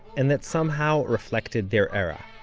and that somehow reflected their era.